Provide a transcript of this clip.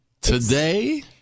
Today